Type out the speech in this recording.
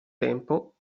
tempo